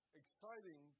exciting